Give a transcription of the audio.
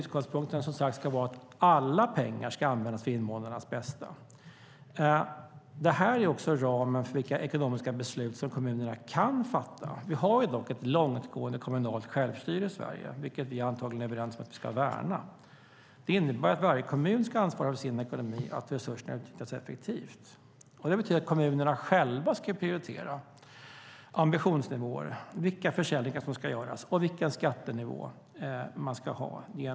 Utgångspunkten ska vara att alla pengar ska användas för invånarnas bästa. Det ger också ramen för vilka ekonomiska beslut som kommunerna kan fatta. Vi har dock ett långtgående kommunalt självstyre i Sverige, vilket vi antagligen är överens om att vi ska värna. Det innebär att varje kommun ska ansvara för sin ekonomi och för att resurserna utnyttjas effektivt. Det betyder att kommunerna genom utfall i allmänna val själva ska prioritera ambitionsnivåer, vilka försäljningar som ska göras och vilken skattenivå man ska ha.